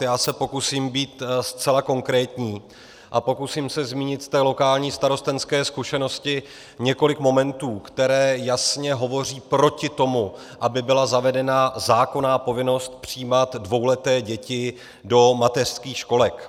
Já se pokusím být zcela konkrétní a pokusím se zmínit z té lokální starostenské zkušenosti několik momentů, které jasně hovoří proti tomu, aby byla zavedena zákonná povinnost přijímat dvouleté děti do mateřských školek.